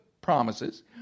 promises